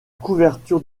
couverture